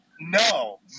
No